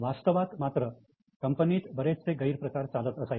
वास्तवात मात्र कंपनीत बरेचसे गैर प्रकार चालत असायचे